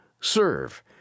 Serve